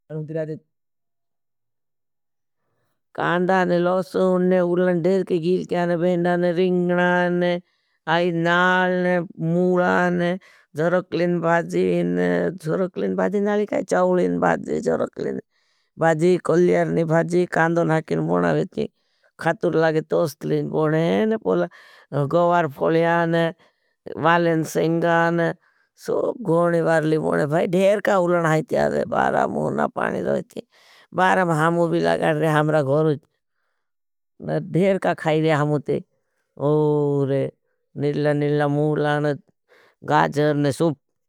कांडा, लोसुन, उलन, देर की गील कियान, बेंडान, रिंगनान, अली नाल, मूलान, जोरकलिन भाजीन, जोरकलिन भाजीन, अली काई चाओलिन भाजी, जोरकलिन, भाजी, कोलियारनी भाजी, कांदो नाकिर, मोनावेती, खातुर लागे, तोस्तलीन, बोनेन, गोवार फोल यान, वालेन सेंगान, सूप, गोनी, वारली, बोने, भाई, धेर का उलन हाई त्यार रे, बारा मूर ना पाणी रोईती, बारा महामू भी लगाड रे, हामरा घोरूज, धेर का खाई रे हामू ते, ओरे, निल्ला, निल्ला, मूर, लानद, गाजर ने सूप।